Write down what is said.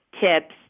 tips